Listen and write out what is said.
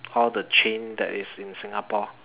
from all the chains that is in Singapore